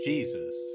Jesus